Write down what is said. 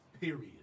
period